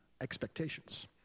expectations